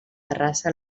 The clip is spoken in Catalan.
terrassa